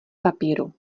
papíru